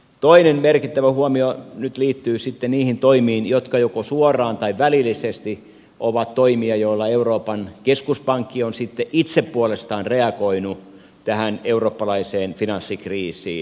toinen merkittävä huomio liittyy niihin toimiin jotka joko suoraan tai välillisesti ovat toimia joilla euroopan keskuspankki on sitten itse puolestaan reagoinut tähän eurooppalaiseen finanssikriisiin